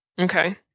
Okay